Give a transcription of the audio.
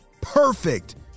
Perfect